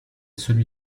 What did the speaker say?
celui